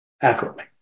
accurately